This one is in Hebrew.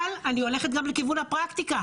אבל אני גם הולכת לכיוון הפרקטיקה